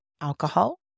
alcohol